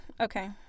Okay